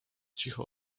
cicho